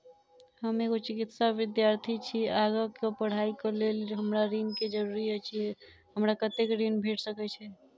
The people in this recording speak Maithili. हम एगो चिकित्सा विद्यार्थी छी, आगा कऽ पढ़ाई कऽ लेल हमरा ऋण केँ जरूरी अछि, हमरा कत्तेक ऋण भेट सकय छई?